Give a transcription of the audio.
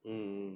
mm